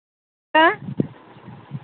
क्या